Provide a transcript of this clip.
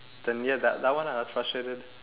then ya that one I was frustrated